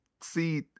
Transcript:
see